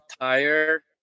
tire